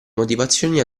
motivazioni